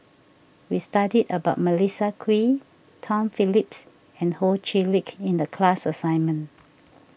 we studied about Melissa Kwee Tom Phillips and Ho Chee Lick in the class assignment